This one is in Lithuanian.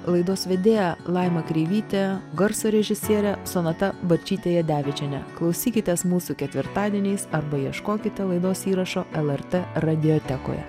laidos vedėja laima kreivytė garso režisierė sonata barčytė jadevičienė klausykitės mūsų ketvirtadieniais arba ieškokite laidos įrašo lrt radiotekoje